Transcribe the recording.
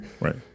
Right